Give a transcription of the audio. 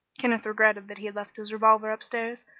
kenneth regretted that he had left his revolver upstairs,